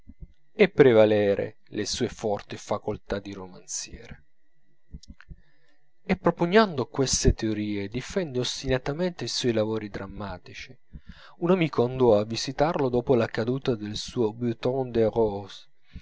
e prevalere le sue forti facoltà di romanziere e propugnando queste teorie difende ostinatamente i suoi lavori drammatici un amico andò a visitarlo dopo la caduta del suo